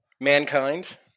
Mankind